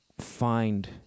find